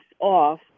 off